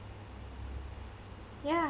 ya